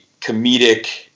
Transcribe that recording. comedic